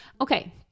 okay